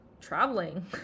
traveling